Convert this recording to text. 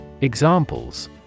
Examples